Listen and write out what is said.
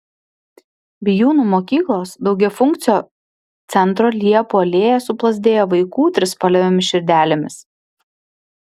bijūnų mokyklos daugiafunkcio centro liepų alėja suplazdėjo vaikų trispalvėmis širdelėmis